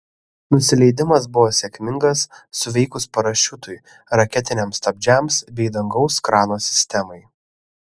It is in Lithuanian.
nusileidimas buvo sėkmingas suveikus parašiutui raketiniams stabdžiams bei dangaus krano sistemai